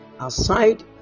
Aside